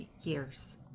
years